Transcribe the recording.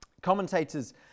Commentators